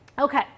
Okay